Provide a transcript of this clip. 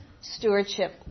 Stewardship